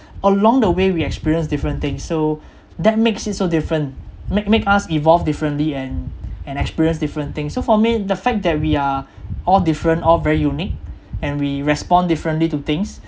along the way we experienced different thing so that makes it so different make make us evolve differently and and experience different thing so for me the fact that we are all different all very unique and we respond differently to things